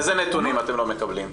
איזה נתונים אתם לא מקבלים?